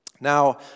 Now